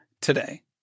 today